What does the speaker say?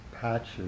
patches